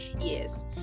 yes